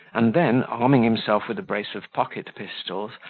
and then, arming himself with a brace of pocket-pistols,